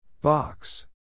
Box